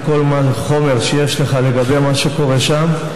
עם כל החומר שיש לך לגבי מה שקורה שם.